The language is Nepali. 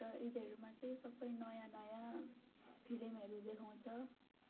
र यिनीहरूमा चाहिँ सबै नयाँ नयाँ फिल्महरू देखाउँछ